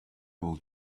will